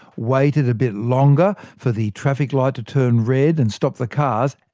waited a bit longer for the traffic light to turn red and stop the cars,